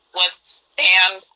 withstand